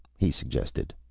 he suggested.